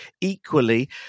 equally